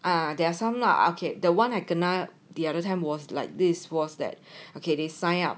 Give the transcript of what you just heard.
ah there are some lah ah okay the [one] I kena the other time was like this was that okay they sign up